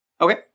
Okay